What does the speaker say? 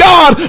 God